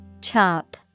Chop